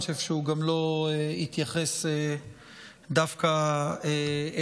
אני גם חושב שהוא לא התייחס דווקא אליי,